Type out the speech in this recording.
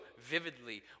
vividly